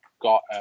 got